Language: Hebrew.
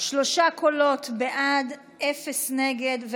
שלושה קולות בעד, אפס נגד.